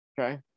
okay